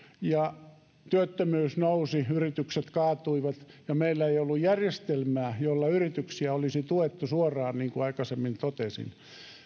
ja työttömyys nousi yritykset kaatuivat ja meillä ei ollut järjestelmää jolla yrityksiä olisi tuettu suoraan niin kuin aikaisemmin totesin